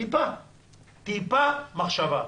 טיפה מחשבה,